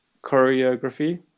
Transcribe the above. choreography